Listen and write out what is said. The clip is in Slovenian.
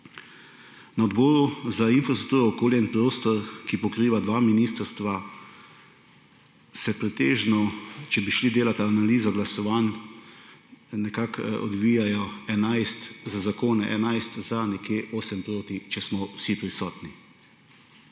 Na Odboru za infrastrukturo, okolje in prostor, ki pokriva dve ministrstvi, se pretežno, če bi šli delat analizo glasovanj, nekako odvijajo za zakone: 11 za, nekje 8 proti, če smo vsi prisotni.